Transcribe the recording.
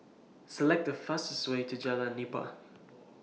Select The fastest Way to Jalan Nipah